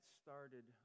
started